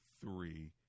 three